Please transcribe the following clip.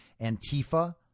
Antifa